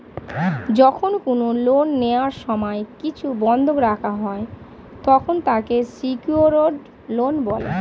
যখন কোন লোন নেওয়ার সময় কিছু বন্ধক রাখা হয়, তখন তাকে সিকিওরড লোন বলে